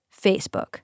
Facebook